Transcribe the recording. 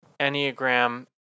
Enneagram